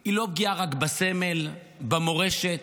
היא לא פגיעה רק בסמל, במורשת,